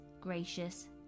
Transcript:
Gracious